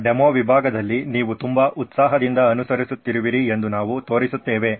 ನಮ್ಮ ಡೆಮೊ ವಿಭಾಗದಲ್ಲಿ ನೀವು ತುಂಬಾ ಉತ್ಸಾಹದಿಂದ ಅನುಸರಿಸುತ್ತಿರುವಿರಿ ಎಂದು ನಾವು ತೋರಿಸುತ್ತೇವೆ